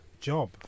job